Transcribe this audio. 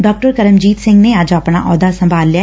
ਡਾ ਕਰਮਜੀਤ ਸਿੰਘ ਨੇ ਅੱਜ ਆਪਣਾ ਅਹੁੱਦਾ ਸੰਭਾਲ ਲਿਐ